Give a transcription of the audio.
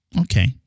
Okay